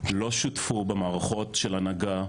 לא שותפו במערכות של הנהגה,